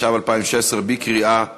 התשע"ו 2016, בקריאה ראשונה.